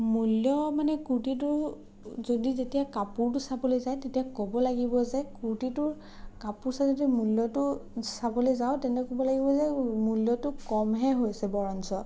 মূল্য মানে কূৰ্টীটো যদি যেতিয়া কাপোৰটো চাবলৈ যায় তেতিয়া ক'ব লাগিব যে কূৰ্টীটোৰ কাপোৰ চাই যদি মূল্যটো চাবলৈ যাওঁ তেন্তে ক'ব লাগিব যে মূল্যটো কমহে হৈছে বৰঞ্চ